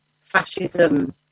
fascism